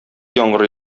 яңгыр